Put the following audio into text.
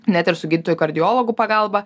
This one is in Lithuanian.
net ir su gydytojų kardiologų pagalba